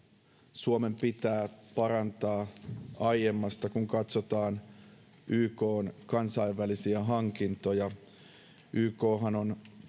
suomen pitää parantaa aiemmasta kun katsotaan ykn kansainvälisiä hankintoja unopshan on